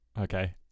Okay